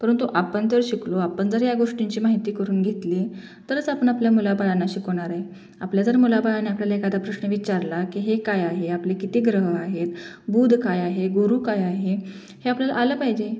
परंतु आपण जर शिकलो आपण जर या गोष्टींची माहिती करून घेतली तरच आपण आपल्या मुलाबाळांना शिकवणारे आपल्या जर मुलाबाळानं आपल्याला एखादा प्रश्न विचारला की हे काय आहे आपली किती ग्रह आहेत बुध काय आहे गुरु काय आहे हे आपल्याला आलं पाहिजे